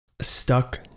stuck